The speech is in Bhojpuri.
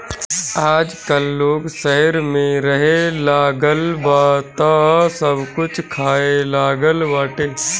आजकल लोग शहर में रहेलागल बा तअ सब कुछ खाए लागल बाटे